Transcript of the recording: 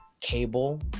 cable